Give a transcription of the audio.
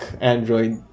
Android